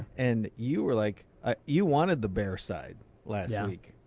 and you were like ah you wanted the bear side last yeah week.